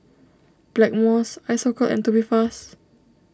Blackmores Isocal and Tubifast